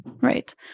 Right